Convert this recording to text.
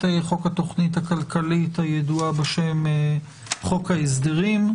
חוק התכנית הכלכלית הידועה בשם חוק ההסדרים.